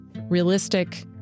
realistic